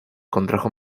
contrajo